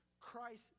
Christ